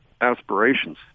aspirations